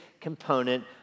component